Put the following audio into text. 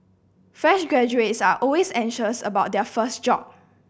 fresh graduates are always anxious about their first job